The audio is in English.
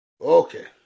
Okay